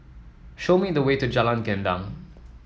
show me the way to Jalan Gendang